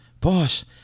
Boss